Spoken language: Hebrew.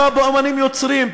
תמיכה באמנים יוצרים,